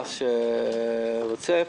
שרוצה.